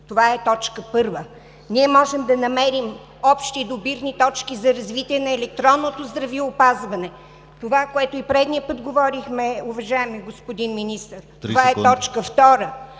това е точка първа; можем да намерим общи допирни точки за развитието на електронното здравеопазване – това, което говорихме предишния път, уважаеми господин Министър, това е точка втора.